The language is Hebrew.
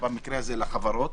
במקרה הזה לחברות